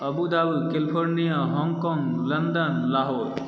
Abu Dhabi California Hong Kong London Lahore